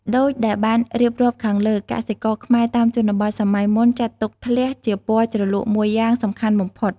ដូចដែលបានរៀបរាប់ខាងលើ កសិករខ្មែរតាមជនបទសម័យមុនចាត់ទុកធ្លះជាពណ៌ជ្រលក់មួយយ៉ាងសំខាន់បំផុត។